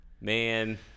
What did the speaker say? Man